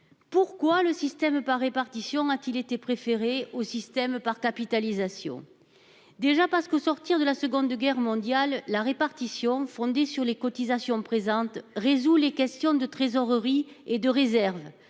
Pourquoi le système par répartition a-t-il été préféré au système par capitalisation ? D'abord, parce que, au sortir de la Seconde Guerre mondiale, le système par répartition, fondé sur les cotisations, résout les questions de trésorerie et de réserves,